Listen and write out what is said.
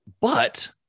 But-